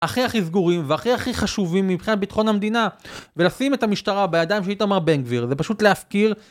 הכי הכי סגורים והכי הכי חשובים מבחינת ביטחון המדינה ולשים את המשטרה בידיים של איתמר בן גביר זה פשוט להפקיר